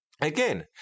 Again